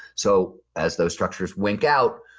so as those structures wink out,